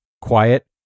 quiet